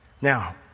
Now